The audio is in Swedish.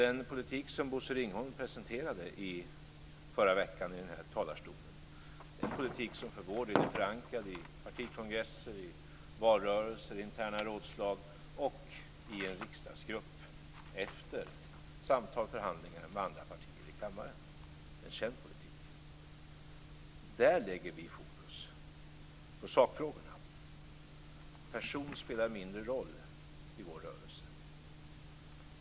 Den politik som Bosse Ringholm presenterade i förra veckan i den här talarstolen är en politik som för vår del är förankrad i partikongresser, valrörelser, interna rådslag och i en riksdagsgrupp efter samtal och förhandlingar med andra partier i kammaren. Det är en känd politik. Där sätter vi sakfrågorna i fokus. Person spelar mindre roll i vår rörelse.